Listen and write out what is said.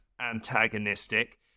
antagonistic